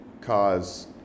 cause